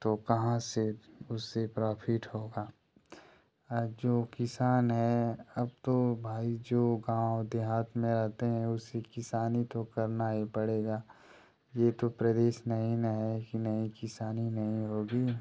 तो कहाँ से उसे प्राफिट होगा जो किसान है अब तो भाई जो गाँव देहात में रहते हैं उसे किसानी तो करना ही पड़ेगा ये तो प्रदेश नहीं न है कि नहीं किसानी नहीं होगी